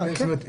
על זה דיברתי.